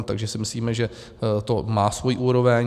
Takže si myslíme, že to má svoji úroveň.